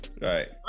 Right